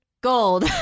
Gold